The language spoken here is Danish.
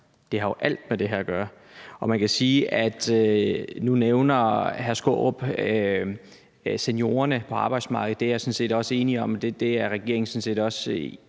det har jo alt med det her at gøre. Og man kan sige, at nu nævner hr. Peter Skaarup seniorerne på arbejdsmarkedet. Regeringen er sådan set også enige om,